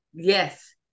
Yes